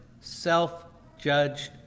self-judged